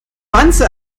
wanze